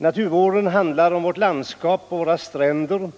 Naturvården handlar om vårt landskap och våra stränder,